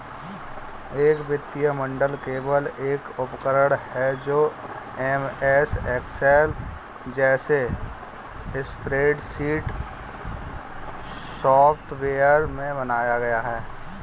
एक वित्तीय मॉडल केवल एक उपकरण है जो एमएस एक्सेल जैसे स्प्रेडशीट सॉफ़्टवेयर में बनाया गया है